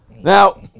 Now